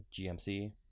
GMC